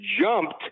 jumped